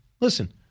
Listen